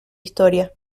historia